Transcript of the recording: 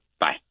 bye